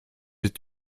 est